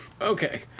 Okay